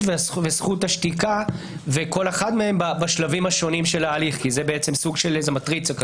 וזכות השתיקה וכל אחת מהן בשלבים השונים שלה הליך כי זה סוג של מטריצה.